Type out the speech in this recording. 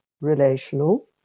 relational